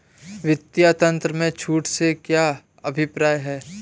वित्तीय तंत्र में छूट से क्या अभिप्राय है?